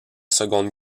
seconde